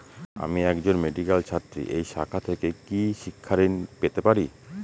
আমি একজন মেডিক্যাল ছাত্রী এই শাখা থেকে কি শিক্ষাঋণ পেতে পারি?